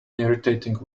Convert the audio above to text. irritating